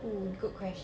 mm good question